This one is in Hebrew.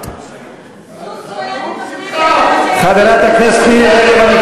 הציבור בישראל כמו בכל מדינה מצפה כי חברי הפרלמנט המצהירים אמונים